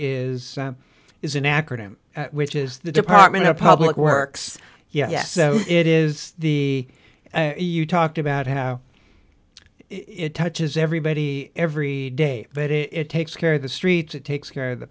is is an acronym which is the department of public works yes it is the e u talked about how it touches everybody every day but it takes care of the streets it takes care of the